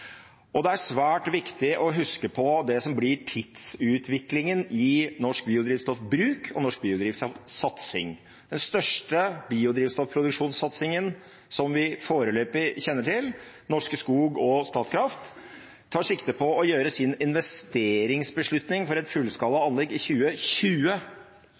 hensikten. Det er svært viktig å huske på det som blir tidsutviklingen i norsk biodrivstoffbruk og norsk biodrivstoffsatsing. Den største biodrivstoffproduksjonssatsingen som vi foreløpig kjenner til, Norske Skog og Statkraft, tar sikte på å gjøre sin investeringsbeslutning for et fullskala anlegg i 2020.